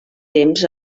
temps